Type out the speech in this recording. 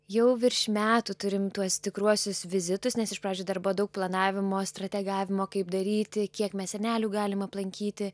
jau virš metų turim tuos tikruosius vizitus nes iš pradžių dirba daug planavimo strategavimo kaip daryti kiek mes senelių galim aplankyti